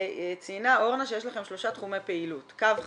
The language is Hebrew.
וציינה אורנה שיש לכם שלושה תחומי פעילות: קו חם,